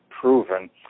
proven